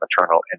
maternal